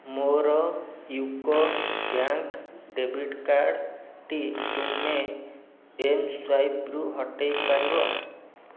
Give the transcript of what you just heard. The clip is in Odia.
ମୋ'ର ୟୁକୋ ବ୍ୟାଙ୍କ ଡେବିଟ୍ କାର୍ଡ଼ଟି ତୁମେ ଏମ୍ସ୍ୱାଇପ୍ରୁ ହଟେଇ ପାରିବ